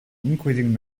increasing